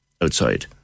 outside